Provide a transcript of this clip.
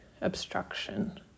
obstruction